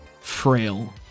frail